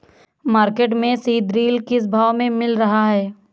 Market में सीद्रिल किस भाव में मिल रहा है?